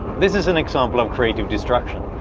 this is an example of creative destruction.